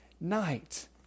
night